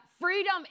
freedom